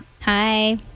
Hi